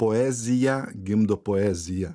poeziją gimdo poezija